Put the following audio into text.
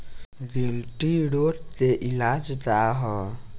गिल्टी रोग के इलाज का ह?